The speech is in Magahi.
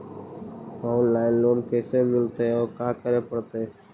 औनलाइन लोन कैसे मिलतै औ का करे पड़तै?